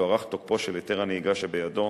יוארך תוקפו של היתר הנהיגה שבידו,